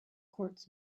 courts